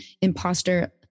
imposter